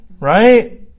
right